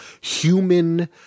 human